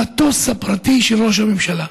המטוס הפרטי של ראש הממשלה.